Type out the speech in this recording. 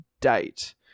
date